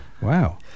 Wow